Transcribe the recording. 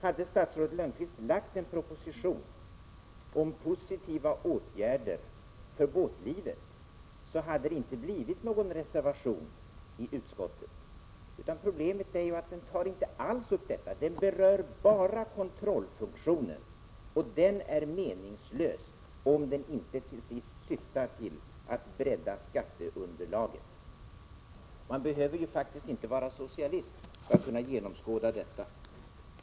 Hade statsrådet Lönnqvist lagt fram en proposition om positiva åtgärder för båtlivet, så hade det inte blivit någon reservation i utskottet. Problemet är ju att propositionen inte alls tar upp detta. Den berör bara kontrollfunktionen, och den är meningslös om den inte till sist syftar till att bredda skatteunderlaget. Man behöver faktiskt inte vara socialist för att kunna genomskåda detta.